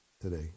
today